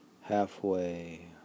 halfway